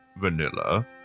vanilla